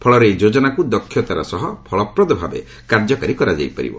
ଫଳରେ ଏହି ଯୋଜନାକୁ ଦକ୍ଷତାର ସହ ଫଳପ୍ରଦ ଭାବେ କାର୍ଯ୍ୟକାରି କରାଯାଇ ପାରିବ